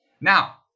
Now